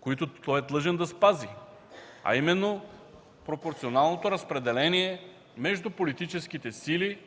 които той е длъжен да спази, а именно пропорционалното разпределение между политическите сили,